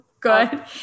good